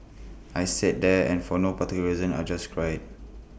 I sat there and for no particular reason I just cried